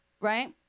right